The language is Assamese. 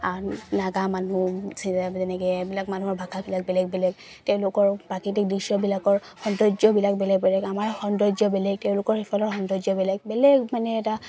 নাগা মানুহ যেনেকৈ এইবিলাক মানুহৰ ভাষাবিলাক বেলেগ বেলেগ তেওঁলোকৰ প্ৰাকৃতিক দৃশ্যবিলাকৰ সৌন্দৰ্যবিলাক বেলেগ বেলেগ আমাৰ সৌন্দৰ্য বেলেগ তেওঁলোকৰ সেইফালৰ সৌন্দৰ্য বেলেগ বেলেগ মানে এটা